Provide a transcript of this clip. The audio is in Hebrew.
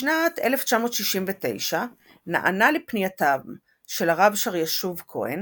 בשנת 1969 נענה לפנייתם של הרב שאר-יישוב כהן